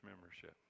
membership